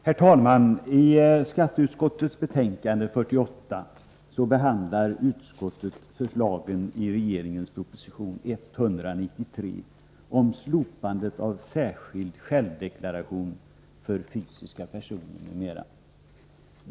Herr talman! I skatteutskottets betänkande nr 48 behandlar utskottet förslagen i regeringens proposition nr 193 om slopandet av särskild självdeklaration för fysiska personer m.m.